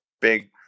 big